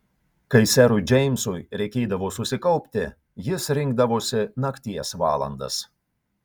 kai serui džeimsui reikėdavo susikaupti jis rinkdavosi nakties valandas